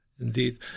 Indeed